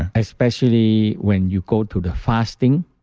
and especially when you go to the fasting,